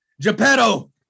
Geppetto